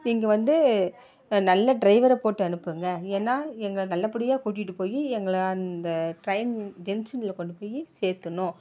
நீங்கள் வந்து நல்ல டிரைவர போட்டு அனுப்புங்கள் ஏன்னா எங்களை நல்ல படியாக கூட்டிகிட்டு போய் எங்களை அந்த ட்ரெயின் ஜங்ஷனில் கொண்டு போய் சேர்க்கணும்